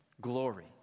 Glory